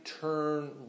turn